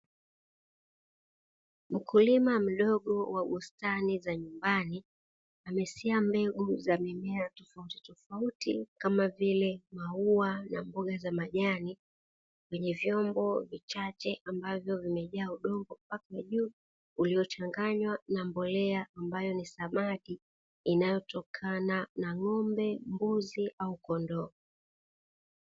Mkulima mdogo wa bustani za nyumbani amesia mbegu za mimea tofauti tofauti kama vile maua na mboga za majani kwenye vyombo vichache ambavyo vimejaa udongo mpaka juu uliochanganywa na mbolea ambayo ni samadi inayotokana na ng'ombe, mbuzi au kondoo.